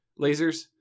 lasers